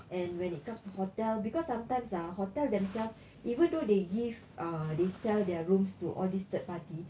and when it comes to hotel because sometimes ah hotel themselves even though they give uh they sell their rooms to all these third party